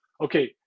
Okay